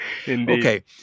Okay